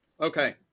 Okay